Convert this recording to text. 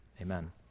Amen